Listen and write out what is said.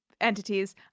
entities